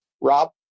Rob